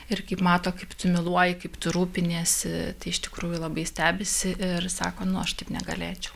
ir kaip mato kaip myluoji kaip tu rūpiniesi iš tikrųjų labai stebisi ir sako nu aš taip negalėčiau